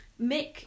Mick